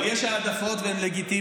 אבל יש העדפות, והן לגיטימיות.